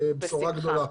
זו בשורה גדולה.